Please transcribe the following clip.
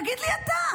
תגיד לי אתה.